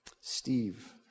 Steve